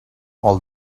all